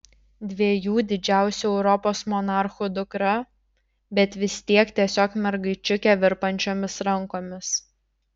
dviejų didžiausių europos monarchų dukra bet vis tiek tiesiog mergaičiukė virpančiomis rankomis